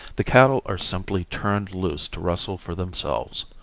the cattle are simply turned loose to rustle for themselves.